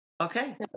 okay